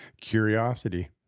Curiosity